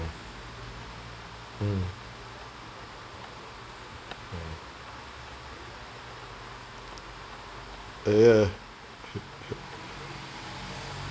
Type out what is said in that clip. mm mm uh ya